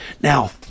now